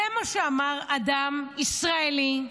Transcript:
זה מה שאמר אדם ישראלי,